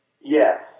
yes